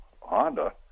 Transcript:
Honda